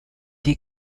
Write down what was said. des